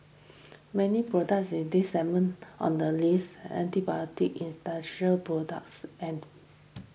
many products in these segment on the list especial products and